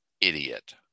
idiot